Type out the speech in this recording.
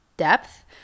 depth